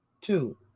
two